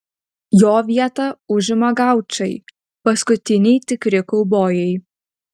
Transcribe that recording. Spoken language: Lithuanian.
jo vietą užima gaučai paskutiniai tikri kaubojai